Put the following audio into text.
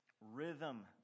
rhythm